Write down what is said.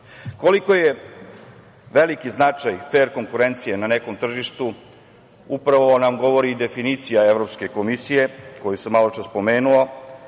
bitno. Koliko je veliki značaj fer konkurencija na nekom tržištu upravo nam govori i definicija Evropske komisije koju sam maločas spomenuo,